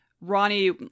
Ronnie